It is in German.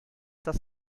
das